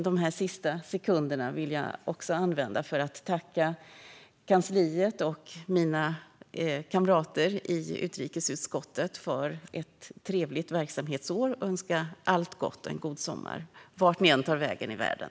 De sista sekunderna av min talartid vill jag använda för att tacka kansliet och mina kamrater i utrikesutskottet för ett trevligt verksamhetsår. Jag önskar er allt gott och en god sommar vart ni än tar vägen i världen.